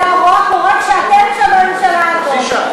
זה הרוע קורה כשאתם, בממשלה הזאת.